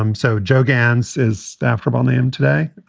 um so joe gans is after him on them today.